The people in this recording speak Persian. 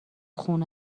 خونه